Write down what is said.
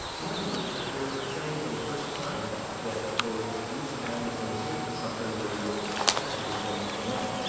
in other words, they are saying for the first time that this use of animals in research was something they were effectively bringing to an end.